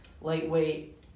lightweight